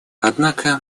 однако